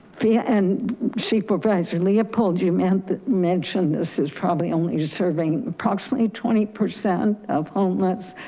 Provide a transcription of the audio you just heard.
yeah and supervisor leopold, you um and mentioned, this is probably only to serving approximately twenty percent of homeless.